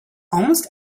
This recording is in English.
almost